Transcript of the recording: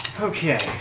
Okay